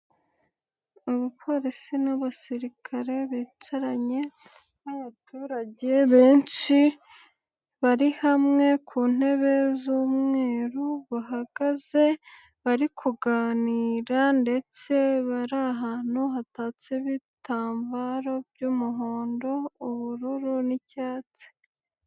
Abapolisi n'abasirikare bicaranye n'abaturage benshi, bari hamwe ku ntebe z'umweru, bahagaze bari kuganira ndetse bari ahantu hatatse ibitambaro by'umuhondo, ubururu n'icyatsi.